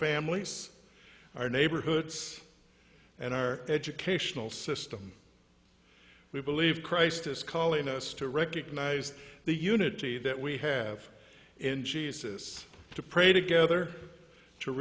families our neighborhoods and our educational system we believe christ is calling us to recognize the unity that we have in jesus to pray together to